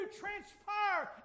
transpire